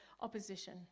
opposition